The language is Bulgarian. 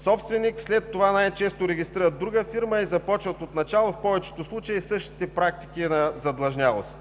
собственик, след това най-често регистрират друга фирма и започват отначало – в повечето случаи, същите практики на задлъжнялост.